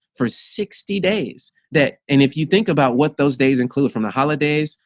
for sixty days, that and if you think about what those days include from the holidays,